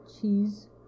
Cheese